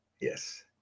Yes